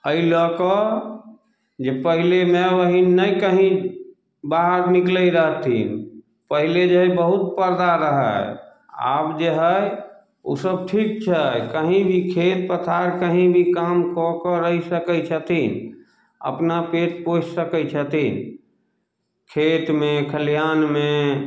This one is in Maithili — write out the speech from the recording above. अइ लअ कऽ जे पहिले माय बहिन नै कहीं बाहर निकलइ रहथिन पहिले जे हइ बहुत परदा रहय आब जे है उ सभ ठीक छै कहीं भी खेत पथार कहीं भी काम कऽ कऽ रहि सकय छथिन अपना पेट पोसि सकय छथिन खेतमे खलिहानमे